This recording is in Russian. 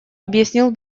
объяснил